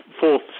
fourth